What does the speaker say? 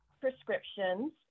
prescriptions